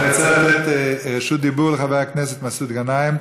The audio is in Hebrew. אני רוצה לתת רשות דיבור לחבר הכנסת מסעוד גנאים.